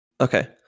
Okay